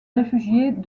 réfugiés